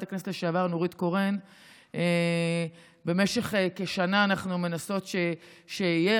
הכנסת לשעבר נורית קורן במשך כשנה מנסות שיהיה.